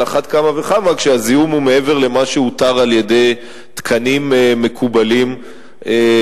על אחת כמה וכמה כשהזיהום הוא מעבר למה שהותר בתקנים מקובלים בעולם.